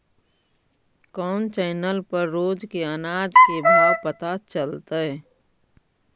कोन चैनल पर रोज के अनाज के भाव पता चलतै?